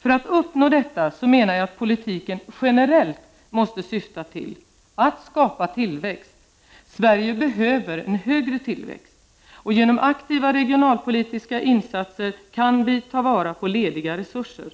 För att uppnå detta menar jag att politiken generellt måste syfta till att skapa tillväxt; Sverige behöver en högre tillväxt. Genom aktiva regionalpolitiska insatser kan vi ta vara på lediga resurser.